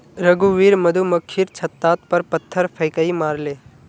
रघुवीर मधुमक्खीर छततार पर पत्थर फेकई मारले